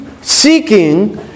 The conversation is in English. seeking